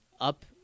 up